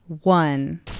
One